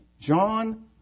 John